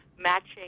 matching